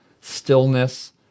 stillness